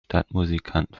stadtmusikanten